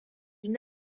une